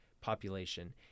population